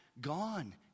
gone